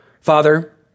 Father